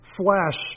flesh